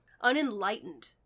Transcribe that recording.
unenlightened